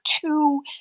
two